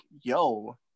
yo